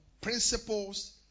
principles